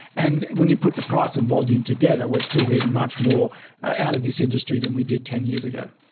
and when you put the price and volume together, we are still getting much more out of this industry than we did ten years ago.